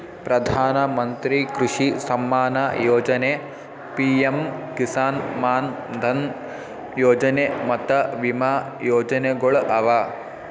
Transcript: ಪ್ರಧಾನ ಮಂತ್ರಿ ಕೃಷಿ ಸಮ್ಮಾನ ಯೊಜನೆ, ಪಿಎಂ ಕಿಸಾನ್ ಮಾನ್ ಧನ್ ಯೊಜನೆ ಮತ್ತ ವಿಮಾ ಯೋಜನೆಗೊಳ್ ಅವಾ